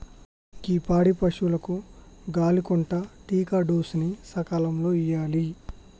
గీ పాడి పసువులకు గాలి కొంటా టికాడోస్ ని సకాలంలో ఇయ్యాలి